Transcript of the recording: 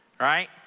right